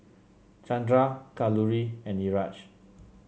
Chandra Kalluri and Niraj